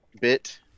bit